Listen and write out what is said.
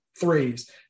threes